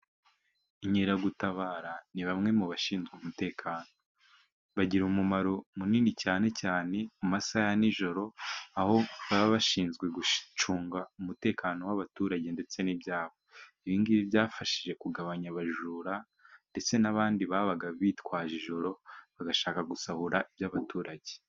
Inkeragutabara ni bamwe mu bashinzwe umutekano, bagira umumaro munini cyane cyane mu masaha ya nijoro aho baba bashinzwe gucunga umutekano w'abaturage ndetse n'ibyabo. Ibingibi byabashije kugabanya abajura ndetse n'abandi babaga bitwaje ijoro bagashaka gusahura iby'abaturage.